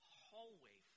hallway